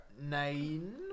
nine